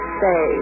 say